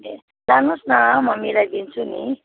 ए लानुहोस् न म मिलाइदिन्छु नि